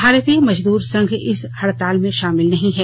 भारतीय मजदुर संघ इस हडताल में शामिल नहीं हैं